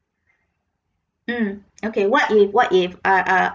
mm okay what if what if ah ah